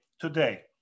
today